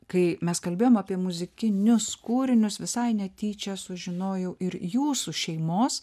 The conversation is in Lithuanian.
kai mes kalbėjom apie muzikinius kūrinius visai netyčia sužinojau ir jūsų šeimos